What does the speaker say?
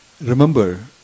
Remember